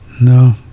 no